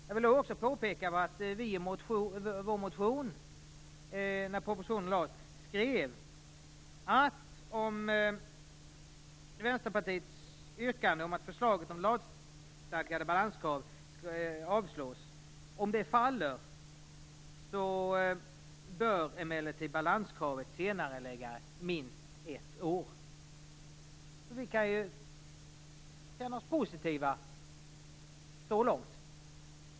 Jag vill också påpeka att vi i vår motion med anledning av propositionen skrev att om Vänsterpartiets yrkande om att förslaget om lagstadgat balanskrav faller, bör emellertid balanskravet senareläggas minst ett år. Så långt kan vi uppleva det positivt.